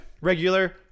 regular